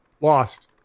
Lost